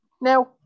Now